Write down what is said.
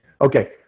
Okay